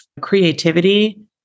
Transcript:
creativity